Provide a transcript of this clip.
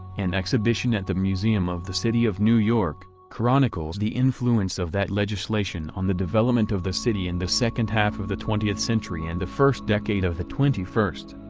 an exhibition at the museum of the city of new york, chronicles the influence of that legislation on the development of the city in the second half of the twentieth century and the first decade of the twenty first.